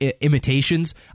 imitations